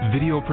Video